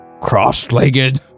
cross-legged